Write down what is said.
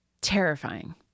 terrifying